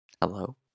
Hello